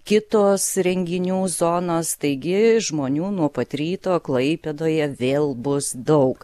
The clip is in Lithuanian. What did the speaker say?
kitos renginių zonos taigi žmonių nuo pat ryto klaipėdoje vėl bus daug